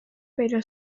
pero